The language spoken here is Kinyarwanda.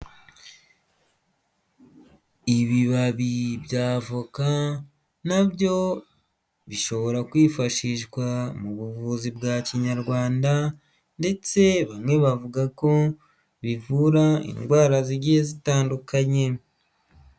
Ibibabi bya avoka na byo bishobora kwifashishwa mu buvuzi bwa kinyarwanda ndetse bamwe bavuga ko bivura indwara zigiye zitandukanye.